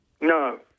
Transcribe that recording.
No